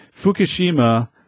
Fukushima